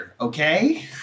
okay